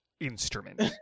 instrument